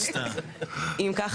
אם כך,